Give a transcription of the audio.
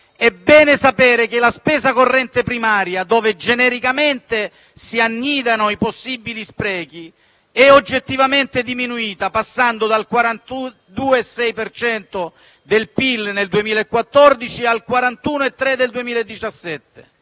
è bene sapere che la spesa corrente primaria, dove genericamente si annidano i possibili sprechi, oggettivamente sta passando dal 42,6 per cento del PIL nel 2014 al 41,3 del 2017